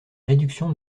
réduction